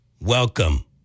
welcome